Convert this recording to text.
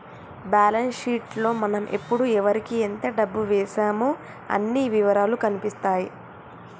balance sheet లో మనం ఎప్పుడు ఎవరికీ ఎంత డబ్బు వేశామో అన్ని ఇవరాలూ కనిపిత్తాయి